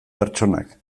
pertsonak